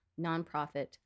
nonprofit